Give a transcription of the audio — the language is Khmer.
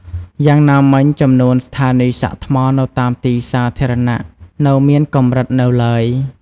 យ៉ាងណាមិញ ចំនួនស្ថានីយ៍សាកថ្មនៅតាមទីសាធារណៈនៅមានកម្រិតនៅឡើយ។